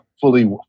fully